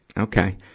okay.